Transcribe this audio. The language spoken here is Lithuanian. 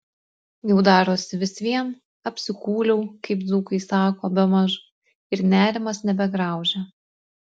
jau darosi vis vien apsikūliau kaip dzūkai sako bemaž ir nerimas nebegraužia